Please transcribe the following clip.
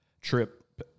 trip